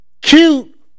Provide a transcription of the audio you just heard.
cute